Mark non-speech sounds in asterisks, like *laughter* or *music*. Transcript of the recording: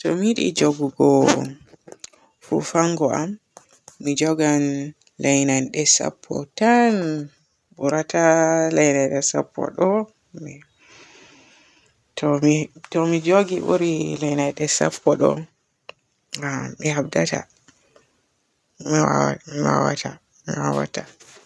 *noise* To mi yiɗi njoogugo fuufango am. Mi njoogan naylande sappo tan. Bura ta naylade sappo ɗo mi. To mi njoogi buri naylande sappo ɗo a a mi habdata, mi mi wawata mi wawata.